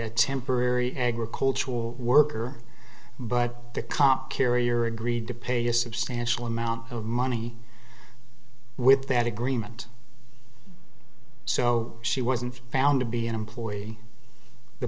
a temporary agricultural worker but the comp carrier agreed to pay a substantial amount of money with that agreement so she wasn't found to be an employee the